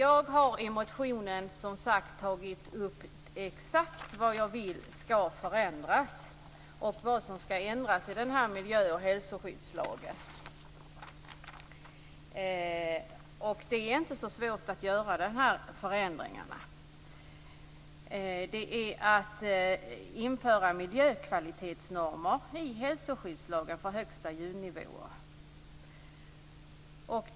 Jag har i motionen skrivit exakt vad jag vill skall förändras i miljö och hälsoskyddslagen. Det är inte så svårt att göra denna förändring. Det är fråga om att införa miljökvalitetsnormer i hälsoskyddslagen för högsta ljudnivåer.